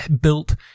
built